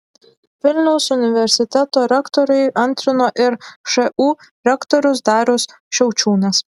vilniaus universiteto rektoriui antrino ir šu rektorius darius šiaučiūnas